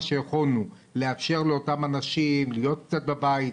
נתנו מה שיכולנו אפשרנו לאותם אנשים להיות קצת בבית,